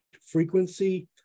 frequency